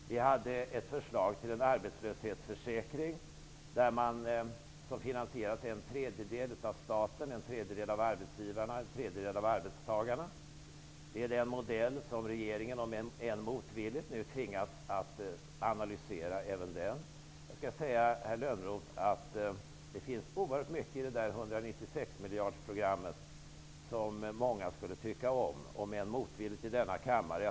Vidare hade vi ett förslag till en arbetslöshetsförsäkring som finansierades med en tredjedel av staten, en tredjedel av arbetsgivarna och en tredjedel av arbetstagarna. Det är den modell som regeringen nu, om än motvilligt, har analyserat. Jag skall säga herr Lönnroth att det finns oerhört mycket i det där 196-miljardsprogrammet som många skulle tycka om, även om det skulle mötas av ovilja i denna kammare.